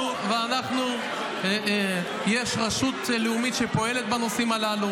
ואנחנו, יש רשות לאומית שפועלת בנושאים הללו.